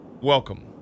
welcome